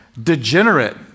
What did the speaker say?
degenerate